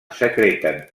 secreten